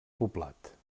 poblat